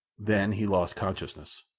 then he lost consciousness.